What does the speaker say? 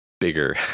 bigger